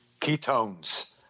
ketones